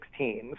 2016